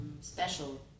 special